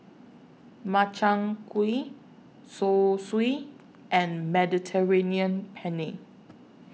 Makchang Gui Zosui and Mediterranean Penne